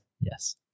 yes